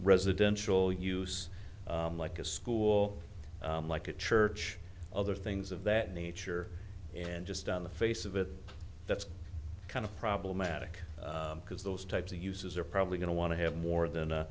residential use like a school like a church other things of that nature and just on the face of it that's kind of problematic because those types of uses are probably going to want to have more than